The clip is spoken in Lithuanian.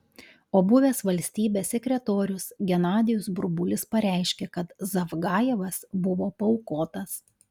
o buvęs valstybės sekretorius genadijus burbulis pareiškė kad zavgajevas buvo paaukotas